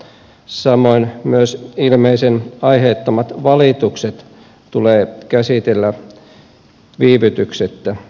samoin myös ilmeisen aiheettomat valitukset tulee käsitellä viivytyksettä